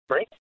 Right